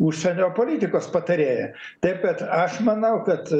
užsienio politikos patarėja taip kad aš manau kad